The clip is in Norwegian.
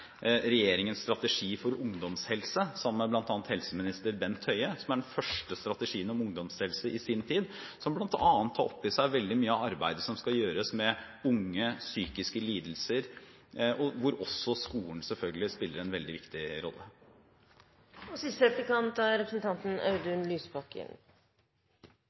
regjeringens strategi for ungdomshelse, sammen med bl.a. helseminister Bent Høie. Det er den første strategien om ungdomshelse i sin tid, og den tar bl.a. opp i seg veldig mye av arbeidet som skal gjøres med unge og psykiske lidelser, hvor også skolen selvfølgelig spiller en veldig viktig rolle. Det er